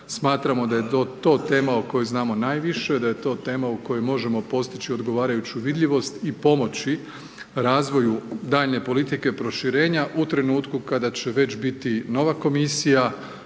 Smatramo da je to tema o kojoj znamo najviše, da je to tema u kojoj možemo postići odgovarajuću vidljivost i pomoći razvoju daljnje politike proširenja u trenutku kada će već biti nova komisija,